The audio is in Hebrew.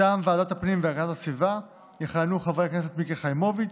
מטעם ועדת הפנים והגנת הסביבה יכהנו חברי הכנסת מיקי חיימוביץ',